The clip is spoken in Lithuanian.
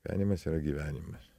gyvenimas yra gyvenimas